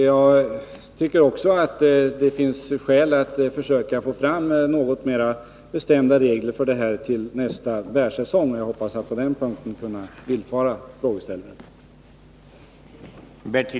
Jag tycker också att det finns skäl att försöka få fram något mer bestämda regler till nästa bärsäsong. Jag hoppas att på den punkten kunna villfara frågeställarens begäran.